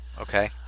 Okay